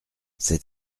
cet